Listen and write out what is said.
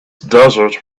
desert